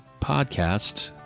podcast